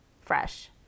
fresh